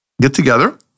get-together